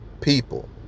people